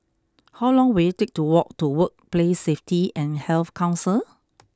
how long will it take to walk to Workplace Safety and Health Council